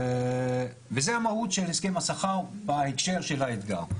וזה המהות של הסכם השכר בהקשר של האתגר.